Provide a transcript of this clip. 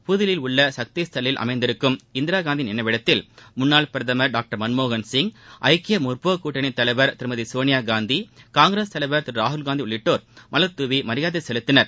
புதுதில்லியில் உள்ள சக்தி ஸ்தல் லில் அமைந்திருக்கும் இந்திரா காந்தியின் நினைவிடத்தில் முன்னாள் பிரதமர் டாக்டர் மன்மோகன் சிங் ஐக்கிய முற்போக்குக் கூட்டணித் தலைவர் திருமதி சோனியாகாந்தி காங்கிரஸ் தலைவர் திரு ராகுல்காந்தி உள்ளிட்டோர் மலர்தூவி மரியாதை செலுத்தினர்